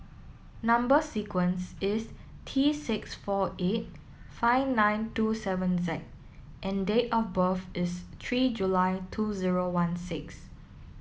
number sequence is T six four eight five nine two seven Z and date of birth is three July two zero one six